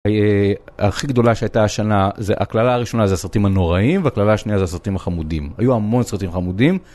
הכי גדולה שהייתה השנה, הקללה הראשונה זה הסרטים הנוראיים, והקללה השנייה זה הסרטים החמודים, היו המון סרטים חמודים.